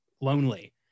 lonely